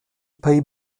pay